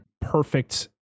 perfect